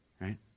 right